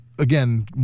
Again